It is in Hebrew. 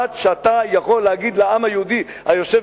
עד שאתה יכול להגיד לעם היהודי היושב